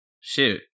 Shoot